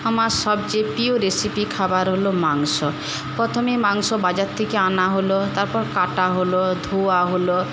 আমার সবচেয়ে প্রিয় রেসিপি খাবার হল মাংস প্রথমে মাংস বাজার থেকে আনা হল তারপর কাটা হল ধোয়া হল